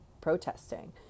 protesting